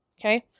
Okay